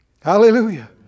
Hallelujah